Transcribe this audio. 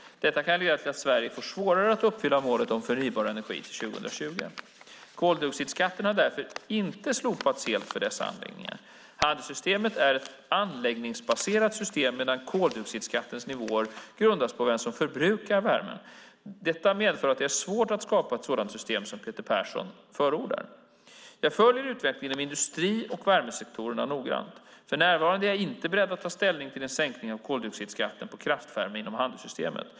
Detta kan leda till att Sverige får svårare att uppfylla målet om förnybar energi till 2020. Koldioxidskatten har därför inte slopats helt för dessa anläggningar. Handelssystemet är ett anläggningsbaserat system, medan koldioxidskattens nivåer grundas på vem som förbrukar värmen. Detta medför att det är svårt att skapa ett sådant system som Peter Persson förordar. Jag följer utvecklingen inom industri och värmesektorerna noggrant. För närvarande är jag inte beredd att ta ställning till en sänkning av koldioxidskatten på kraftvärme inom handelssystemet.